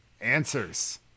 answers